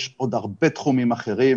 יש עוד הרבה תחומים אחרים,